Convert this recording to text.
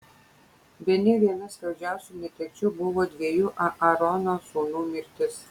bene viena skaudžiausių netekčių buvo dviejų aarono sūnų mirtis